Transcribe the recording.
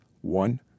One